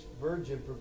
virgin